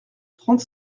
trente